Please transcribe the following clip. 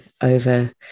over